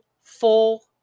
full